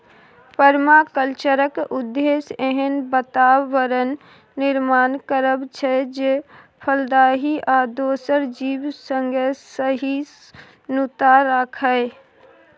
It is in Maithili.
परमाकल्चरक उद्देश्य एहन बाताबरणक निर्माण करब छै जे फलदायी आ दोसर जीब संगे सहिष्णुता राखय